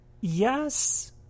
yes